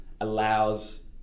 allows